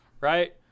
Right